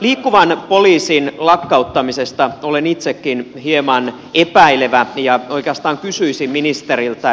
liikkuvan poliisin lakkauttamisesta olen itsekin hieman epäilevä ja oikeastaan kysyisin ministeriltä